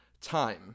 time